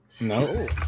No